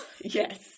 Yes